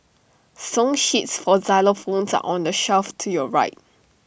song sheets for xylophones are on the shelf to your right